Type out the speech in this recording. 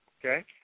Okay